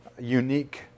unique